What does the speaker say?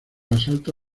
asalto